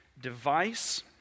device